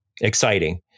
exciting